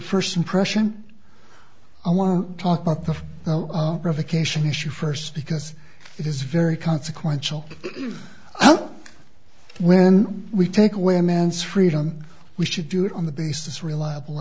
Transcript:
first impression i want to talk about the revocation issue first because it is very consequential when we take away a man's freedom we should do it on the basis reliable